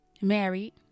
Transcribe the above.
Married